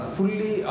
Fully